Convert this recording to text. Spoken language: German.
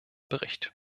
bericht